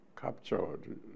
captured